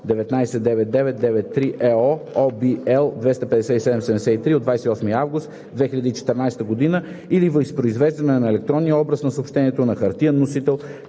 1999/93/ЕО (OB, L 257/73 от 28 август 2014 г.) или възпроизвеждане на електронния образ на съобщението на хартиен носител,